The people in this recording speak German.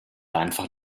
einfach